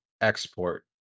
export